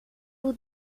vous